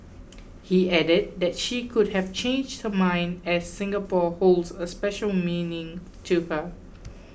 he added that she could have changed her mind as Singapore holds a special meaning to her